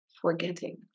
forgetting